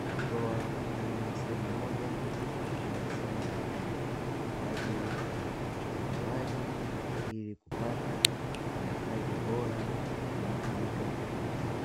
kutoa nyanya sehemu moja kwenda sehemu nyingine kwa ajili ya uchakatuaji, ili kupata mahitaji bora yanayotumika kwa binadamu.